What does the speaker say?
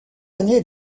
année